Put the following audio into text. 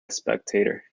spectator